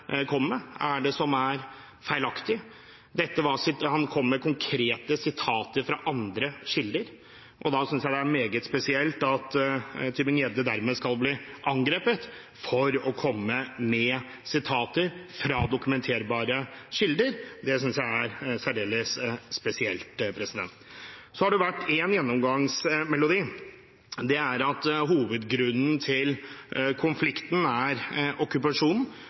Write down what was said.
er det som er feilaktige? Tybring-Gjedde kom med konkrete sitater fra andre kilder, og da synes jeg det er meget spesielt at han dermed skal bli angrepet for å komme med sitater fra dokumenterbare kilder. Det synes jeg er særdeles spesielt. Så har det vært én gjennomgangsmelodi, og det er at hovedgrunnen til konflikten er